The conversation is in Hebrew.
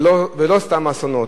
ולא סתם אסונות,